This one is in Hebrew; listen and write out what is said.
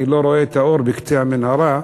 לא רואה את האור בקצה המנהרה,